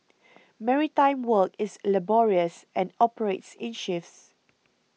maritime work is laborious and operates in shifts